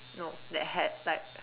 nope that had like